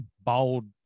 bold